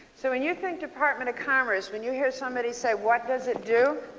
so when you think department of commerce when you hear somebody say what does it do?